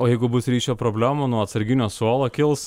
o jeigu bus ryšio problemų nuo atsarginio suolo kils